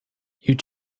you